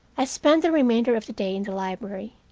i spent the remainder of the day in the library,